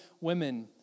women